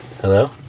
Hello